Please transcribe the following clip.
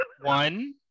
One